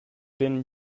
been